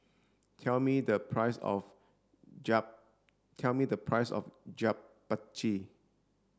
tell me the price of Japchae